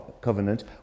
covenant